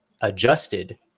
adjusted